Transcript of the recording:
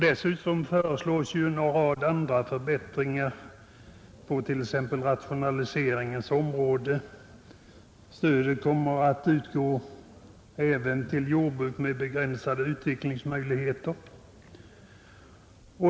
Dessutom föreslås en rad andra förbättringar, t.ex. för rationaliseringen; stöd kommer att utgå även till jordbruk med begränsade utvecklingsmöjligheter.